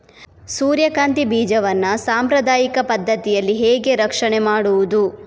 ಸೂರ್ಯಕಾಂತಿ ಬೀಜವನ್ನ ಸಾಂಪ್ರದಾಯಿಕ ಪದ್ಧತಿಯಲ್ಲಿ ಹೇಗೆ ರಕ್ಷಣೆ ಮಾಡುವುದು